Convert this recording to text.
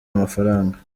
amafaranga